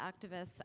activists